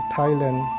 Thailand